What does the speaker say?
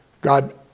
God